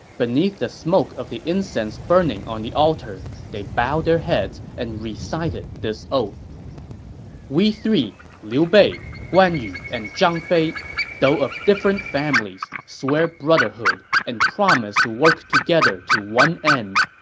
beneath the smoke of the incense burning on the altar, they bowed their heads and recited this oath we three liu bei, guan yu, and zhang fei though of different families, swear brotherhood, and promise to work together to one end.